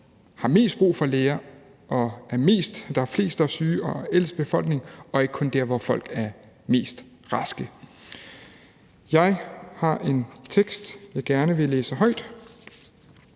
har mest brug for læger, og hvor der er flest, der er syge, og man har den ældste befolkning, og ikke kun der, hvor folk er mest raske. Jeg har en vedtagelsestekst, jeg gerne vil læse højt,